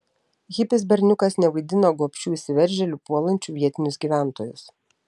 hipis berniukas nevaidina gobšių įsiveržėlių puolančių vietinius gyventojus